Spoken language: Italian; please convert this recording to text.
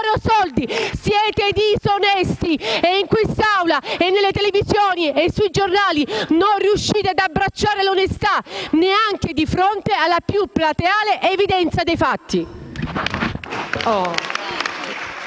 Siete disonesti e in quest'Aula, nei programmi televisivi e sui giornali non riuscite ad abbracciare l'onestà, neanche di fronte alla più plateale evidenza dei fatti.